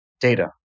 data